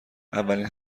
اولین